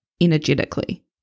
energetically